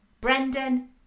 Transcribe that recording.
Brendan